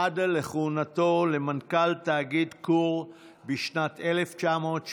עד לכהונתו כמנכ"ל תאגיד כור בשנת 1977